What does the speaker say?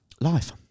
life